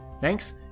Thanks